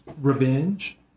Revenge